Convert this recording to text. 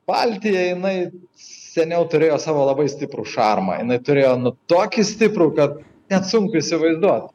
baltija jinai seniau turėjo savo labai stiprų šarmą jinai turėjo nu tokį stiprų kad net sunku įsivaizduot